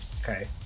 Okay